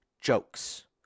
jokes